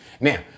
Now